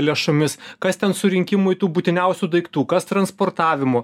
lėšomis kas ten surinkimui tų būtiniausių daiktų kas transportavimo